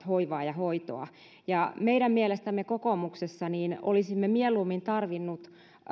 hoivaa ja hoitoa meidän mielestämme kokoomuksessa olisimme mieluummin tarvinneet